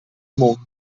monti